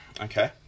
Okay